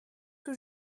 que